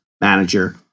manager